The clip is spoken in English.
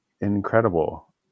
incredible